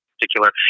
particular